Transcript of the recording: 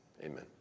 Amen